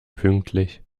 pünktlich